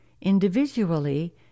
individually